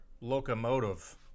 locomotive